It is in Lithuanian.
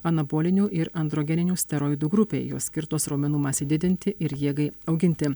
anabolinių ir androgeninių steroidų grupei jos skirtos raumenų masei didinti ir jėgai auginti